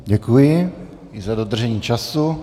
Děkuji i za dodržení času.